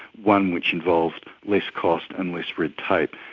one which involved less cost and less red tape.